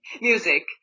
music